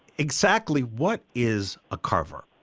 exactly what is a carver?